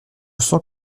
sens